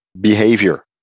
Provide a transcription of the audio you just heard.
behavior